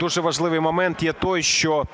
дуже важливий момент є той, що